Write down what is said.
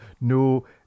No